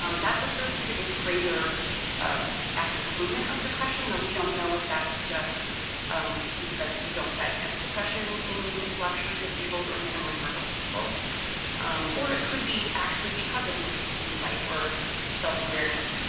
um that's associated with greater ascertainment of depression, but we don't know if that's just because we don't diagnose depression in intellectually disabled or minimally verbal people or it could be because of increased insight or self-awareness